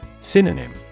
Synonym